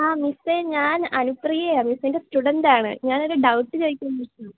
ആ മിസ്സേ ഞാന് അനുപ്രിയയാണ് മിസ്സിന്റെ സ്റ്റുഡൻറ്റാണ് ഞാനൊരു ഡൗട്ട് ചോദിക്കാന് വിളിച്ചതാ